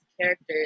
characters